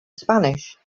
spanish